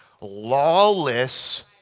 lawless